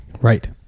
Right